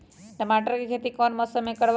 टमाटर की खेती कौन मौसम में करवाई?